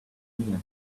meal